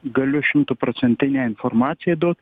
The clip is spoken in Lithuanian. galiu šimtuprocentinę informaciją duot